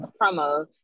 promo